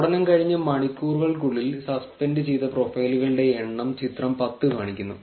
സ്ഫോടനം കഴിഞ്ഞ് മണിക്കൂറുകൾക്കുള്ളിൽ സസ്പെൻഡ് ചെയ്ത പ്രൊഫൈലുകളുടെ എണ്ണം ചിത്രം 10 കാണിക്കുന്നു